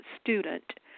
student